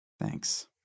Thanks